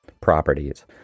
properties